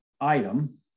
item